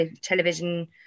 television